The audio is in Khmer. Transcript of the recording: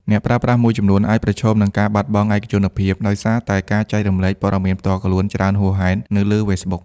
អ្នកប្រើប្រាស់មួយចំនួនអាចប្រឈមនឹង ការបាត់បង់ឯកជនភាព ដោយសារតែការចែករំលែកព័ត៌មានផ្ទាល់ខ្លួនច្រើនហួសហេតុនៅលើ Facebook។